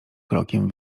krokiem